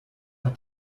hat